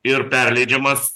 ir perleidžiamas